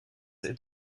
est